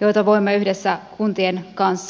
joita voimme yhdessä kuntien kanssa työstää eteenpäin